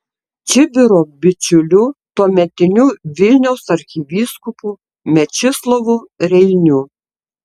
čibiro bičiuliu tuometiniu vilniaus arkivyskupu mečislovu reiniu